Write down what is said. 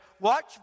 Watch